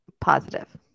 Positive